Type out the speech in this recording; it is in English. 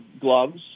gloves